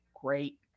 great